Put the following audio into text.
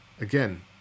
again